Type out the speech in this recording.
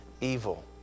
evil